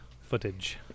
footage